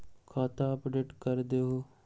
खाता अपडेट करदहु?